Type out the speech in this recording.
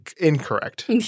incorrect